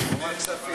הוא אמר הכספים.